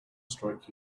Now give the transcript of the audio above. strike